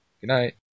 Goodnight